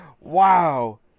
Wow